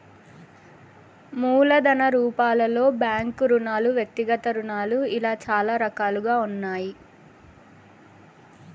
మూలధన రూపాలలో బ్యాంకు రుణాలు వ్యక్తిగత రుణాలు ఇలా చాలా రకాలుగా ఉన్నాయి